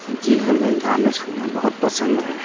जी हमें गाने सुनना बहुत पसंद है